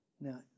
Now